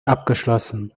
abgeschlossen